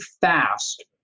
fast